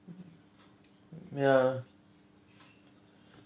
ya